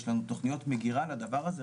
יש לנו תכניות מגירה לדבר הזה,